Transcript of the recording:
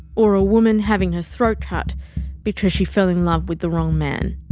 or a woman having her throat cut because she fell in love with the wrong man.